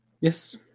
Yes